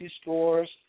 scores